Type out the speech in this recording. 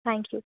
thank you